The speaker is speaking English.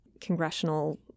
congressional